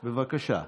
בבקשה.